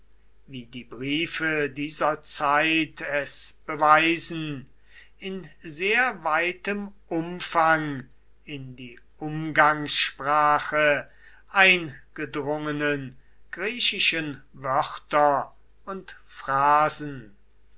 wie die briefe dieser zeit es beweisen in sehr weitem umfang in die umgangssprache eingedrungenen griechischen wörter und phrasen